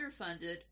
underfunded